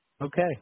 Okay